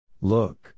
Look